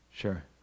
Sure